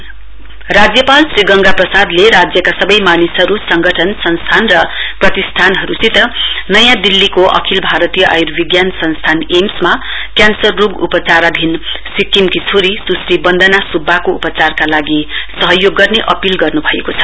governor राज्यपाल श्री गंगा प्रसादले राज्यका सबै मानिसहरू सङ्गठन संस्थान र प्रतिष्ठानहरूसित नयाँ दिल्लीको अखिल भारतीय आयुर्विज्ञान संस्थान एआइआइएमएस मा क्यान्सर रोग उपचाराधीन सिक्किमकी छोरी सुश्री बन्दना सुब्बाको उपचारका लागि सहयोग गर्ने अपील गर्नु भएको छ